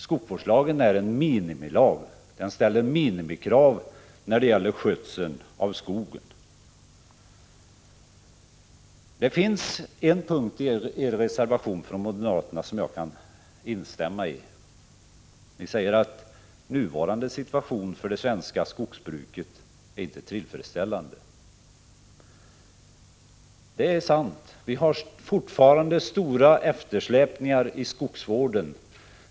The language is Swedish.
Skogsvårdslagen är en minimilag. Den ställer minimikrav när det gäller skötsel av skogen. Det finns en punkt i en av moderaternas reservationer som jag kan instämmai. Ni säger att nuvarande situation för det svenska skogsbruket inte är tillfredsställande. Det är sant. Vi har fortfarande stora eftersläpningar i skogsvården.